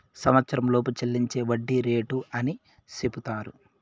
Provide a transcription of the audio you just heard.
సంవచ్చరంలోపు చెల్లించే వడ్డీ రేటు అని సెపుతారు